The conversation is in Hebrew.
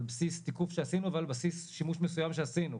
על בסיס תיקוף שעשינו ועל בסיס שימוש מסוים שעשינו,